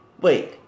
Wait